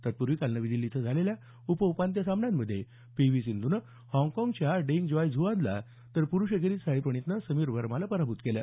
तत्पूर्वी काल नवी दिल्ली इथं झालेल्या उप उपांत्य सामन्यांमध्ये पी व्ही सिंधूनं हाँगकाँगच्या डेंग जॉय झुऑनला पुरूष एकेरीत साई प्रणितनं समीर वर्माला पराभूत केलं